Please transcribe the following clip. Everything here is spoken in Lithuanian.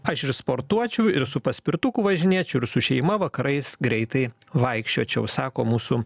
aš ir sportuočiau ir su paspirtuku važinėčiau ir su šeima vakarais greitai vaikščiočiau sako mūsų